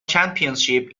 championship